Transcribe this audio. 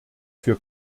für